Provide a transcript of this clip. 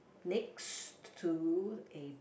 next to a